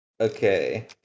Okay